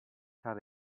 have